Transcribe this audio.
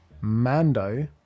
Mando